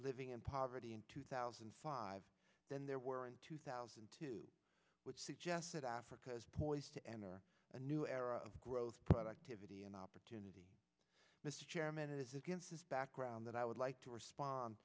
living in poverty in two thousand and five than there were in two thousand and two which suggests that africa is poised to enter a new era of growth productivity and opportunity mr chairman it is against this background that i would like to respond